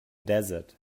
desert